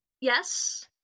Yes